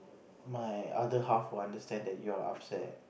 my other half will understand that you're upset